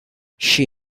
she